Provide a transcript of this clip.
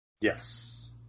Yes